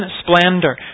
splendor